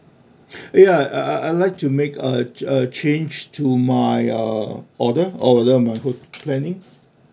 ya I I I'd like to make a a change to my uh order order planning